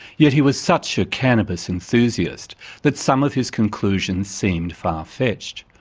yet he was such a cannabis enthusiast that some of his conclusion seemed far-fetched.